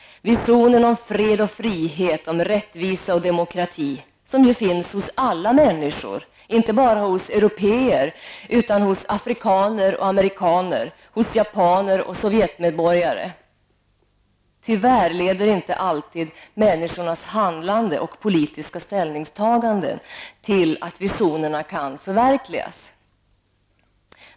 Visionen om fred och frihet, rättvisa och demokrati finns hos alla människor, inte bara hos européer utan också hos afrikaner och amerikaner, japaner och sovjetmedborgare. Tyvärr leder inte alltid människors handlande och politiska ställningstaganden till att visionerna kan förverkligas.